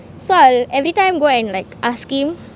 so I'll everytime go and like ask him